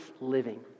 living